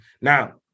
Now